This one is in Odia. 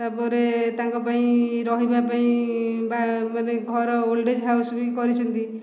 ତା'ପରେ ତାଙ୍କ ପାଇଁ ରହିବା ପାଇଁ ବା ମାନେ ଘର ଓଲ୍ଡେଜ୍ ହାଉସ୍ ବି କରିଛନ୍ତି